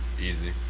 Easy